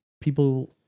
People